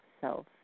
self